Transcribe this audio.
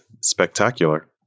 spectacular